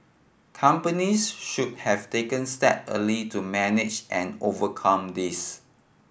companies should have taken step early to manage and overcome this